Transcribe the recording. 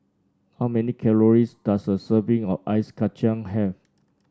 how many calories does a serving of Ice Kachang have